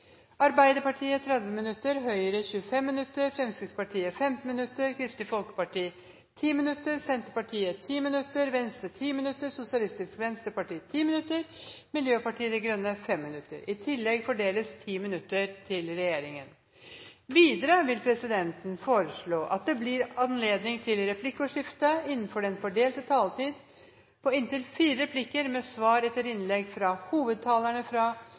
Arbeiderpartiet 30 minutter, Høyre 25 minutter, Fremskrittspartiet 15 minutter, Kristelig Folkeparti 10 minutter, Senterpartiet 10 minutter, Venstre 10 minutter, Sosialistisk Venstreparti 10 minutter og Miljøpartiet De Grønne 5 minutter. I tillegg fordeles 10 minutter til regjeringen. Videre vil presidenten foreslå at det blir gitt anledning replikkordskifte på inntil fire replikker med svar etter innlegg fra hovedtalerne fra